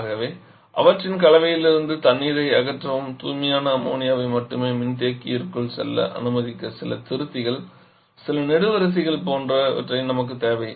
ஆகவே அவற்றின் கலவையிலிருந்து தண்ணீரை அகற்றவும் தூய்மையான அம்மோனியாவை மட்டுமே மின்தேக்கியிற்குள் செல்ல அனுமதிக்க சில திருத்திகள் சில நெடுவரிசைகள் போன்றவை நமக்குத் தேவை